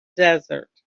desert